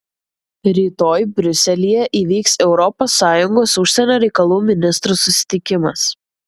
rytoj briuselyje įvyks europos sąjungos užsienio reikalų ministrų susitikimas